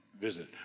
visit